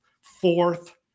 fourth